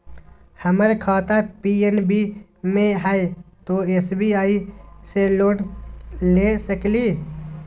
हमर खाता पी.एन.बी मे हय, तो एस.बी.आई से लोन ले सकलिए?